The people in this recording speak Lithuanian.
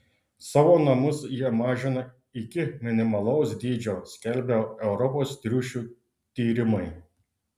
savo namus jie mažina iki minimalaus dydžio skelbia europos triušių tyrimai